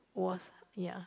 was ya